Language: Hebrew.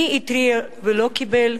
מי התריע ולא קיבל,